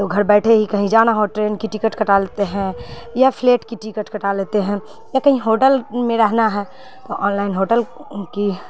تو گھر بیٹھے ہی کہیں جانا ہو ٹرین کی ٹکٹ کٹا لیتے ہیں یا فلیٹ کی ٹکٹ کٹا لیتے ہیں یا کہیں ہوٹل میں رہنا ہے تو آن لائن ہوٹل کی